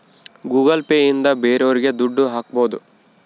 Google Pay ಇಂದ ಬೇರೋರಿಗೆ ದುಡ್ಡು ಹಾಕ್ಬೋದು